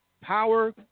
power